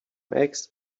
eggs